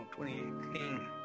2018